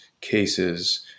cases